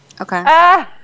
okay